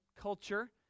culture